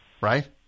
Right